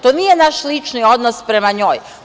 To nije naš lični odnos prema njoj.